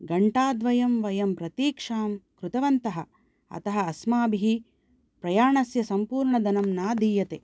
घण्टाद्वयं वयं प्रतीक्षां कृतवन्तः अतः अस्माभिः प्रयाणस्य सम्पूर्णधनं न दीयते